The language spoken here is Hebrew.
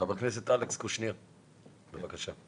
חבר הכנסת אלכס קושניר, בבקשה.